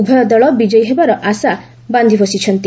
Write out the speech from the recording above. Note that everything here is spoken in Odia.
ଉଭୟ ଦଳ ବିଜୟୀ ହେବାର ଆଶା ବାନ୍ଧି ବସିଛନ୍ତି